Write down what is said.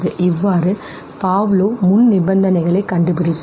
இவ்வாறு Pavlov முன்நிபந்தனைகளை கண்டுபிடித்தார்